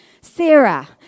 Sarah